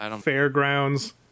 Fairgrounds